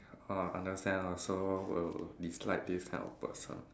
ah understand lah I also will dislike these kind of person